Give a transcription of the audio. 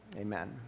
Amen